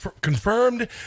confirmed